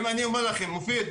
מופיד,